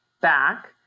back